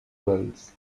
wells